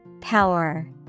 Power